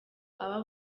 aba